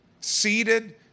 Seated